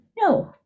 no